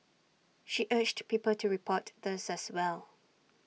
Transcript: she urged people to report these as well